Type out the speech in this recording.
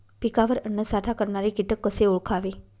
पिकावर अन्नसाठा करणारे किटक कसे ओळखावे?